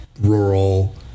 rural